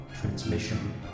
Transmission